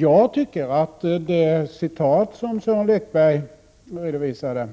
Jag tycker att det citat som Sören Lekberg redovisade